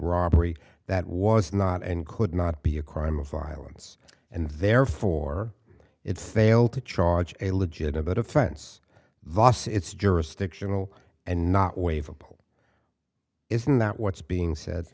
robbery that was not and could not be a crime of violence and therefore it's failed to charge a legitimate offense vos it's jurisdictional and not waive isn't that what's being said